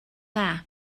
dda